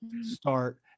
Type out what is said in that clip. start